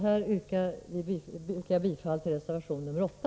Här yrkar jag bifall till reservation nr 8.